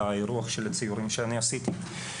על האירוח של הצילומים שאני עשיתי.